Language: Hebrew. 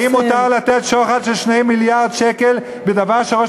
האם מותר לתת שוחד של 2 מיליארד שקל בדבר שראש